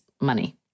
money